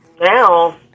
now